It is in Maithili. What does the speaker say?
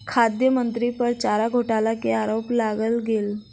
खाद्य मंत्री पर चारा घोटाला के आरोप लगायल गेल